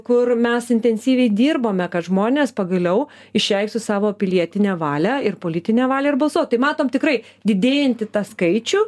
kur mes intensyviai dirbome kad žmonės pagaliau išreikštų savo pilietinę valią ir politinę valią ir balsuo tai matom tikrai didėjantį tą skaičių